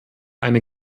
eine